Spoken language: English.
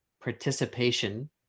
participation